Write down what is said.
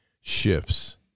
shifts